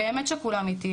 באמת שכולם איתי,